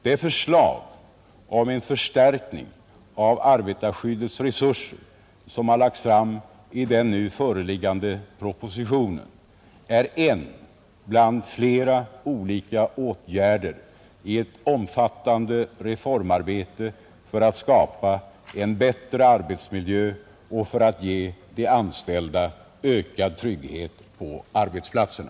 Det förslag om en förstärkning av arbetarskyddets resurser som har lagts fram i den nu föreliggande propositionen är en bland flera olika åtgärder i ett omfattande reformarbete för att skapa en bättre arbetsmiljö och för att ge de anställda ökad trygghet på arbetsplatserna.